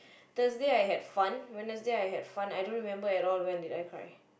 Thursday I had fun Wednesday I had fun I don't remember at all when did I cry